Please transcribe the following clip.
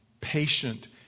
patient